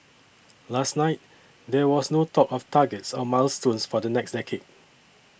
last night there was no talk of targets or milestones for the next decade